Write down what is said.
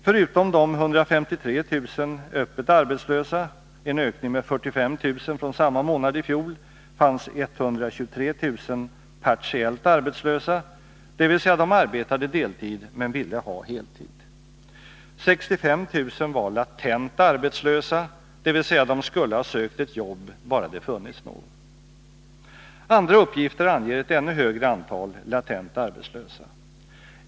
Förutom de 153 000 öppet arbetslösa — en ökning med 45 000 från samma månad i fjol — fanns 123 000 partiellt arbetslösa, dvs. de arbetade deltid men ville ha heltid. 65 000 var latent arbetslösa, dvs. de skulle ha sökt jobb bara det funnits några. Andra uppgifter anger ett ännu större antal latent arbetslösa.